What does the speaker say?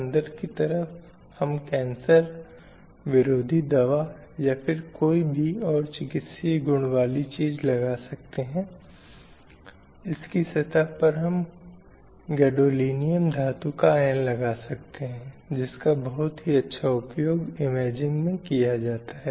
यदि वे उन विशेष भूमिकाओं या विशेष व्यवहारों को नहीं करते हैं जिनसे उम्मीद की जाती है